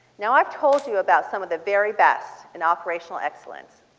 now i've told you about some of the very best in operational excellence.